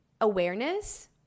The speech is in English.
awareness